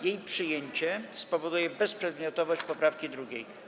Jej przyjęcie spowoduje bezprzedmiotowość poprawki 2.